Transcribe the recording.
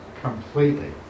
Completely